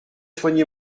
soigné